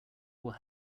will